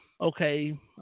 okay